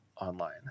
online